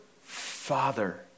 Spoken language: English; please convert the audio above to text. Father